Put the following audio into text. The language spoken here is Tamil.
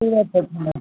கியூஆர் கோட் சொல்லுங்கள்